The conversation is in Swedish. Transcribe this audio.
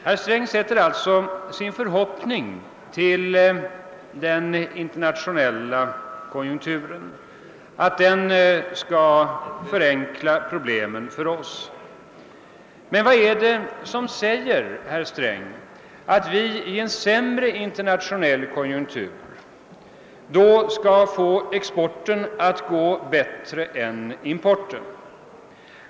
Herr Sträng sätter alltså sin förhoppning till den internationella konjunkturen och hoppas att den skall förenkla problemen för oss. Men, herr Sträng, vad är det som säger att vi i en sämre internationell konjunktur skall få exporten att gå bättre än importen?